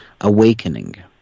awakening